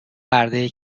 بردهای